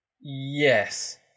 Yes